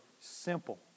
simple